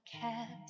kept